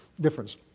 difference